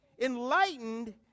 enlightened